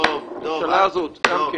הממשלה הזאת גם כן,